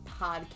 podcast